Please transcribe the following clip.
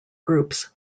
groups